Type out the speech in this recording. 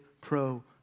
pro